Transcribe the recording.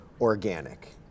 organic